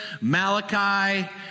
Malachi